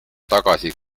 tagasi